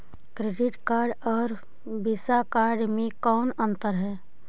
Credit card और Visa card मे कौन अन्तर है?